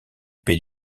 paix